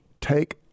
take